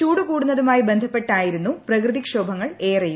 ചൂട് കൂടുന്നതുമായി ബന്ധപ്പെട്ടായിരുന്നു പ്രകൃതിക്ഷോഭങ്ങൾ ഏറെയും